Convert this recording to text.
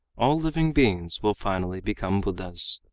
all living beings will finally become buddhas.